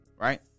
right